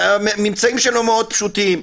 הממצאים שלו מאוד פשוטים.